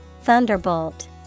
Thunderbolt